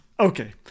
Okay